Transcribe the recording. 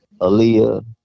Aaliyah